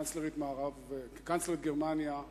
קנצלרית גרמניה,